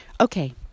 Okay